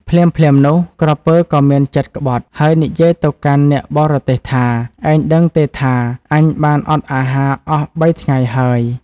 ភ្លាមៗនោះ ក្រពើក៏មានចិត្តក្បត់ហើយនិយាយទៅកាន់អ្នកបរទេះថា ឯងដឹងទេថា អញបានអត់អាហារអស់បីថ្ងៃហើយ។